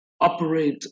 operate